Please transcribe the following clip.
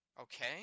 Okay